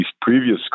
previous